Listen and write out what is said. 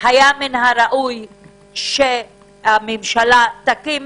היה מן הראוי שהממשלה תקים